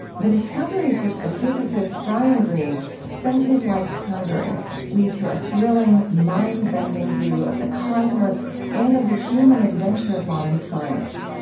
the discoveries which the physicist brian greene spends his life pondering lead to a thrilling, mind-bending view of the cosmos and of the human adventure of modern science.